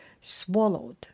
swallowed